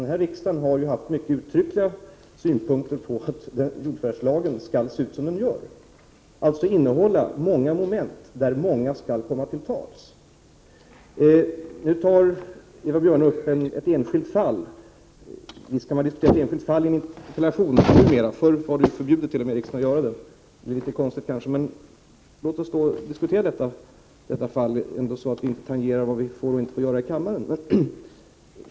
Denna riksdag har haft uttryckliga synpunkter på att jordförvärvslagen skall se ut som den gör, dvs. innehålla många moment där många skall komma till tals. Eva Björne tar nu upp ett enskilt fall. Visst kan man numera diskutera ett enskilt fall i en interpellation. Förr var det emellertid förbjudet att göra det i riksdagen. Det är kanske litet konstigt. Låt oss dock diskutera detta fall så att vi inte tangerar vad vi får och inte får göra i kammaren.